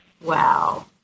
Wow